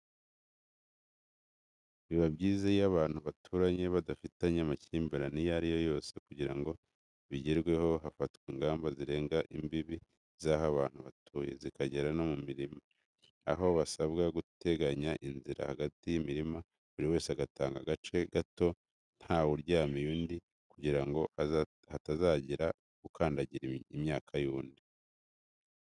Biba byiza iyo abantu baturanye badafitanye amakimbirane ayo ariyo yose kugira ngo bigerweho hafatwa ingamba zirenga imbibi z'aho abantu batuye, zikagera no mu mirima, aho basabwa guteganya inzira hagati y'imirima, buri wese agatanga agace gato nta we uryamiye undi, kugira ngo hatazagira ukandagira imyaka y'undi.